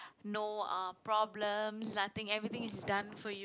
no uh problems nothing everything is done for you